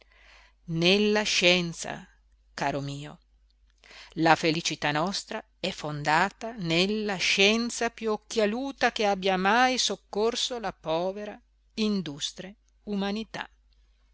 nella scienza caro mio la felicità nostra è fondata nella scienza piú occhialuta che abbia mai soccorso la povera industre umanità